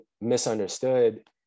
misunderstood